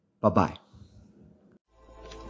Bye-bye